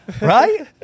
right